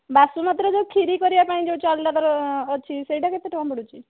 ବାସମତୀର ଯେଉଁ ଖିରି କରିବା ପାଇଁ ଯେଉଁ ଚାଉଳଟା ତା'ର ଅଛି ସେଇଟା କେତେ ଟଙ୍କା ପଡ଼ୁଛି